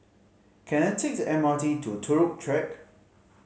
can I take the M R T to Turut Track